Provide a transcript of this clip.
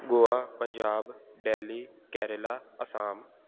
Goa Punjab Delhi Kerala Assam